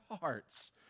hearts